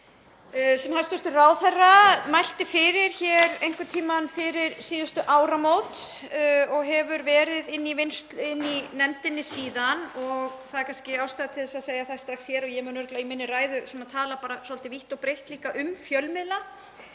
sem hæstv. ráðherra mælti fyrir einhvern tímann fyrir síðustu áramót og hefur verið inni í nefndinni síðan. Það er kannski ástæða til að segja það strax hér — og ég mun örugglega í minni ræðu tala svolítið vítt og breitt líka um fjölmiðla